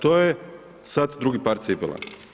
To je sad drugi par cipela.